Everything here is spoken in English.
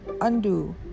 undo